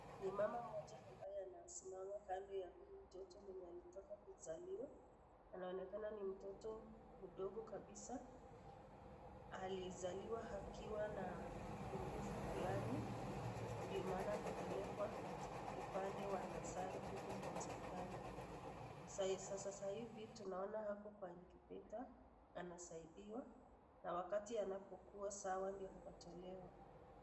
Ni mama mmoja ambaye amesimama kando ya huyu mtoto mwenye ametoka kuzaliwa, anaonekana mtoto mdogo kabisa alizaliwa akiwa na upungufu fulani na ndio maana akapelekwa upande wa nasari huko kwa hospitali, saa sasa hivi tunaona ako kwa incubator anasaidiwa na wakati anapo kuwa sawa ndio atatolewa.